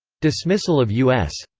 dismissal of u s.